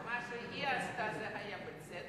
אז מה שהיא עשתה זה היה בצדק,